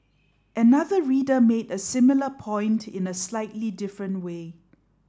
another reader made a similar point in a slightly different way